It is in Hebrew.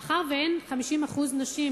מאחר שאין 51% נשים,